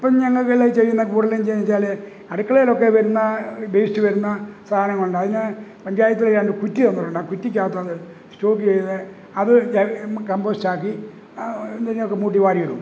ഇപ്പോള് ഞങ്ങള് ചെയ്യുന്ന കൂടുതലും ചെയ്യുന്നേന്നെച്ചാല് അടുക്കളയിലൊക്കെ വരുന്ന ബേസ്റ്റ് വരുന്ന സാധനംകൊണ്ടാണ് അതിന് പഞ്ചായത്തില് രണ്ട് കുറ്റി തന്നിട്ടുണ്ട് ആ കുറ്റിക്കകത്തത് സ്റ്റോക്ക് ചെയ്ത് അത് കമ്പോസ്റ്റാക്കി ഇതിനൊക്കെ മൂട്ടില് വാരിയിടും